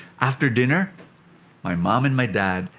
after dinner my mom and my dad,